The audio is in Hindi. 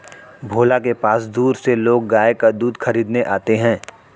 भोला के पास दूर से लोग गाय का दूध खरीदने आते हैं